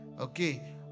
Okay